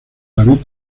david